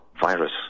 virus